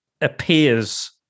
appears